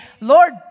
Lord